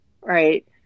right